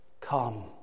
Come